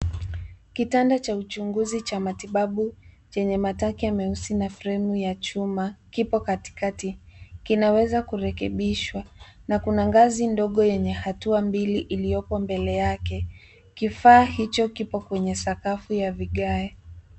Kitanda cha uchunguzi cha matibabu chenye matake meusi na fremu ya chuma kipo katikati, kinaweza kurekebishwa na kuna ngazi ndogo yenye hatua mbili iliyopo mbele yake. Kifaa hicho kipo kwenye sakafu ya vigae.